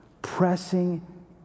Pressing